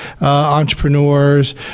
entrepreneurs